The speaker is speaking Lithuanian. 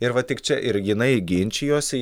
ir va tik čia ir jinai ginčijosi